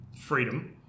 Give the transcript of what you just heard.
Freedom